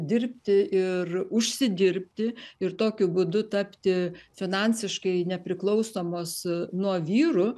dirbti ir užsidirbti ir tokiu būdu tapti finansiškai nepriklausomos nuo vyrų